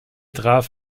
traf